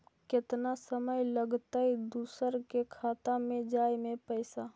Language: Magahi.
केतना समय लगतैय दुसर के खाता में जाय में पैसा?